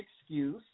excuse